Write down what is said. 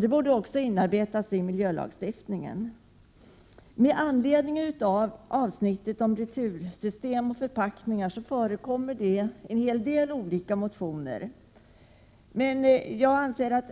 Detta borde också inarbetas i miljölagstiftningen. Med anledning av avsnittet om retursystem och förpackningar förekommer det en hel del motioner.